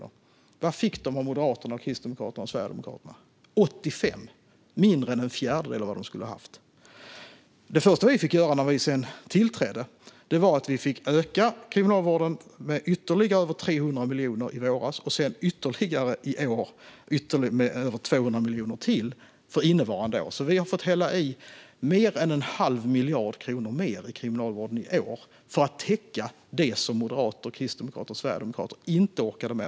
Hur mycket fick de av Moderaterna, Kristdemokraterna och Sverigedemokraterna? De fick 85 miljoner, mindre än en fjärdedel av vad de skulle ha haft. Det första vi fick göra när vi tillträdde var att öka anslaget till Kriminalvården med över 300 miljoner i våras och med ytterligare över 200 miljoner för innevarande år. Vi har alltså fått hälla i mer än en halv miljard kronor till Kriminalvården i år, för att täcka det som Moderaterna, Kristdemokraterna och Sverigedemokraterna inte orkade med.